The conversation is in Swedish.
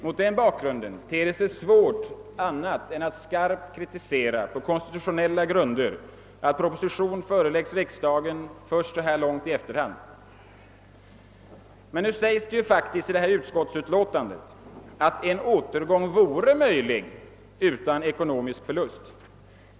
Mot den bakgrunden ter dei sig svårt att göra annat än att skarpt och på konstitutionella grunder kritisera att propositionen förelägges riksdagen först så långt i efterhand. Nu skriver emellertid utskottet att en återgång vore möjlig utan ekonomisk förlust.